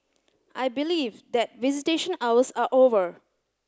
I believe that visitation hours are over